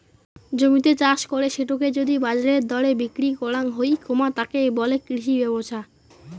জমিতে চাষ করে সেটোকে যদি বাজারের দরে বিক্রি করাং হই, তাকে বলে কৃষি ব্যপছা